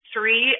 three